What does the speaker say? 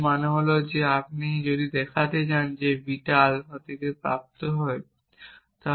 যার মানে হল যে আপনি যদি দেখাতে চান যে বিটা আলফা থেকে প্রাপ্ত হতে পারে